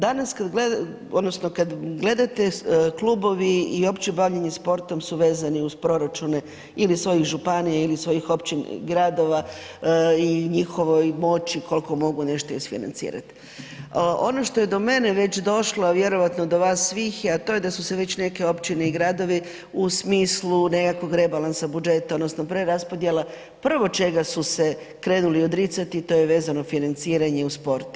Kada gledate klubovi i opće bavljenje sportom su vezani uz proračune ili svojih županija ili svojih općina i gradova i njihovoj moći koliko mogu nešto isfinancirat, ono što je do mene već došlo, a vjerojatno i do vas svih, a to je da su se već neke općine i gradovi u smislu nekakvog rebalansa budžeta odnosno preraspodjela prvo čega su se krenuli odricati to je vezano financiranje u sport.